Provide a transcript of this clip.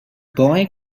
boy